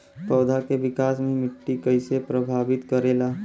पौधा के विकास मे मिट्टी कइसे प्रभावित करेला?